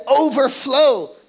overflow